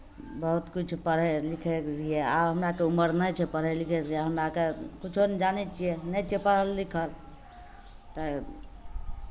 बहुत किछु पढ़ैत लिखैत रहियै आब हमरा आरके उमर नहि छै पढ़य लिखयके हमरा आरके किछो नहि जानै छियै नहि छियै पढ़ल लिखल तऽ